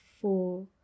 four